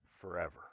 Forever